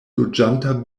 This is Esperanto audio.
loĝanta